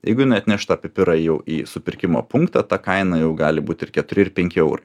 tai jeigu jinai atneš tą pipirą jau į supirkimo punktą ta kaina jau gali būti ir keturi penki eurai